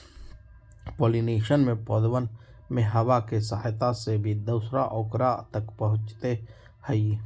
pollination में पौधवन में हवा के सहायता से भी दूसरा औकरा तक पहुंचते हई